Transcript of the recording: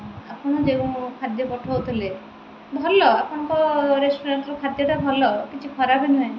ଆପଣ ଯେଉଁ ଖାଦ୍ୟ ପଠୋଉଥିଲେ ଭଲ ଆପଣଙ୍କ ରେଷ୍ଟୁରାଣ୍ଟର ଖାଦ୍ୟଟା ଭଲ କିଛି ଖରାପ ନୁହେଁ